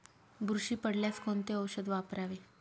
बुरशी पडल्यास कोणते औषध वापरावे?